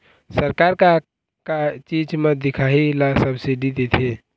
सरकार का का चीज म दिखाही ला सब्सिडी देथे?